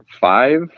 five